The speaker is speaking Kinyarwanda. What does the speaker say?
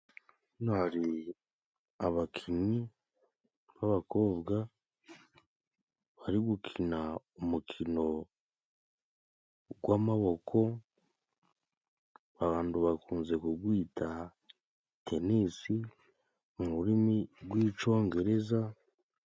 Hano hari abakinnyi b'abakobwa bari gukina umukino w'amaboko, abantu bakunze kuwita tenisi mu rurimi rw'Icyongereza.